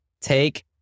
Take